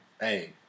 hey